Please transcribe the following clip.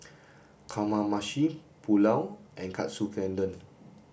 Kamameshi Pulao and Katsu Tendon